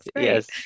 yes